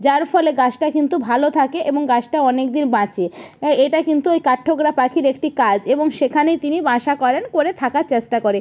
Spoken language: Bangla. যার ফলে গাছটা কিন্তু ভালো থাকে এবং গাছটা অনেক দিন বাঁচে এটা কিন্তু ওই কাঠঠোকরা পাখির একটি কাজ এবং সেখানেই তিনি বাসা করেন করে থাকার চেষ্টা করে